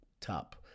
top